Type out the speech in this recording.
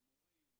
עם המורים,